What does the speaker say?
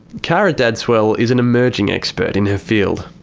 kara dadswell is an emerging expert in her field.